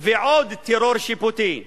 ועוד טרור שיפוטי,